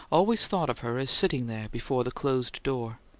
always thought of her as sitting there before the closed door.